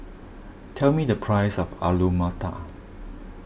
tell me the price of Alu Matar